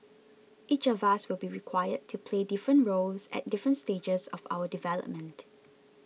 each of us will be required to play different roles at different stages of our development